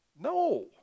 No